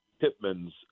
Pittman's